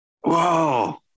Whoa